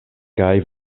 kaj